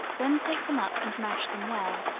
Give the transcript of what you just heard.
then take them up, and mash them well,